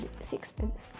sixpence